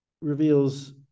reveals